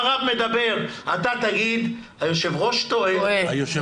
מדבר אחריו, אתה תגיד: היושב-ראש טועה.